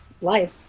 life